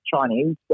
Chinese